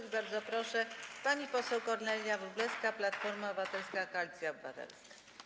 I bardzo proszę, pani poseł Kornelia Wróblewska, Platforma Obywatelska - Koalicja Obywatelska.